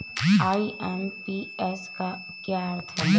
IMPS का क्या अर्थ है?